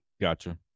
Gotcha